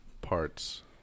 parts